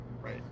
Right